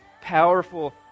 powerful